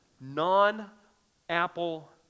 non-Apple